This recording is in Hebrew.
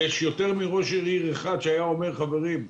יש יותר מראש עיר אחד שהיה אומר: חברים,